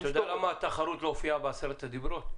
אתה יודע למה התחרות לא הופיעה בעשרת הדברות?